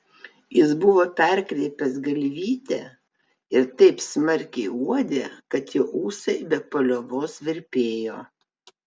jis buvo perkreipęs galvytę ir taip smarkiai uodė kad jo ūsai be paliovos virpėjo